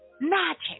magic